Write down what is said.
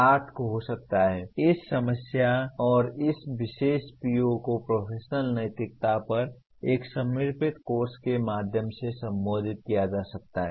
PO8 हो सकता है इस विशेष PO को प्रोफेशनल नैतिकता पर एक समर्पित कोर्स के माध्यम से संबोधित किया जा सकता है